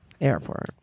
Airport